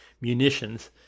munitions